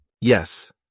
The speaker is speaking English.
Yes